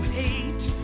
hate